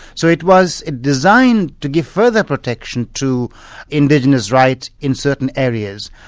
so it was designed to giver further protection to indigenous rights in certain areas.